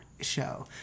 show